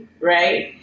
Right